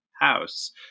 house